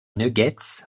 nuggets